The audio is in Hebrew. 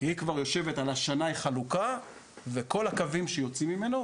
היא כבר יושבת על השנאי חלוקה וכל הקווים שיוצאים ממנו,